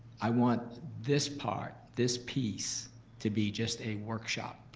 i want this part, this piece to be just a workshop,